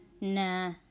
Nah